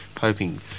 hoping